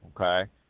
okay